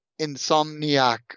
Insomniac